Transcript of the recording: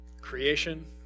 Creation